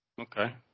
Okay